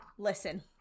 listen